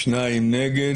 שניים נגד.